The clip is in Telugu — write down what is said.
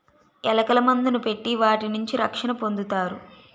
ఎలకల మందుని పెట్టి వాటి నుంచి రక్షణ పొందుతారు